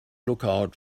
lookout